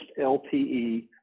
lte